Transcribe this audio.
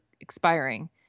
expiring